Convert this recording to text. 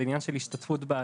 זה עניין של השתתפות בעלויות,